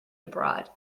abroad